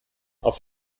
auf